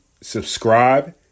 subscribe